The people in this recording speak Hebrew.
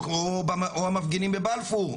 או המפגינים בבלפור.